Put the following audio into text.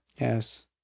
Yes